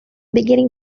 beginning